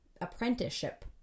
apprenticeship